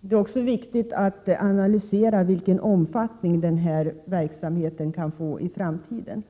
Det är också viktigt att analysera vilken omfattning denna verksamhet kan få i framtiden.